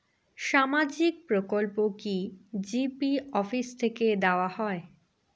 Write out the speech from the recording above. সামাজিক প্রকল্প কি জি.পি অফিস থেকে দেওয়া হয়?